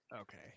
Okay